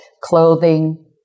clothing